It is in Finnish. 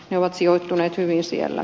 ne ovat sijoittuneet hyvin siellä